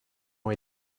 ont